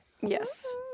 Yes